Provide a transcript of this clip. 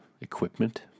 equipment